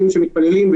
להצבעה.